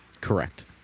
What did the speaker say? Correct